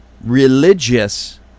religious